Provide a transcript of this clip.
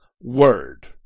word